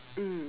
mm